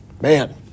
man